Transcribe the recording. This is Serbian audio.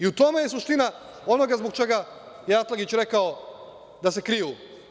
U tome je suština onoga zbog čega je Atlagić rekao da se kriju.